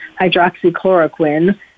hydroxychloroquine